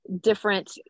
different